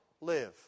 live